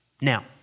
Now